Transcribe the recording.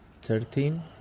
Thirteen